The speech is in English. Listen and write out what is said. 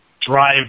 drive